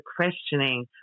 questioning